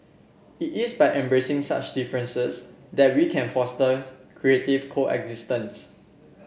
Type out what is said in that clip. it is by embracing such differences that we can foster creative coexistence